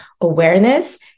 awareness